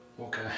Okay